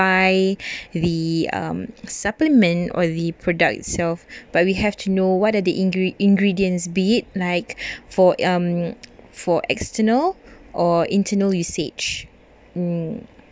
buy the um supplement or the product itself but we have to know what are the ingre~ ingredients be it like for um for external or internal usage mm